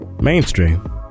mainstream